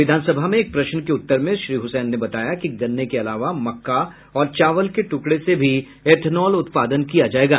विधानसभा में एक प्रश्न के उत्तर में श्री हुसैन ने बताया कि गन्ने के अलावा मक्का और चावल के ट्कड़े से भी इथेनॉल उत्पादन किया जायेगा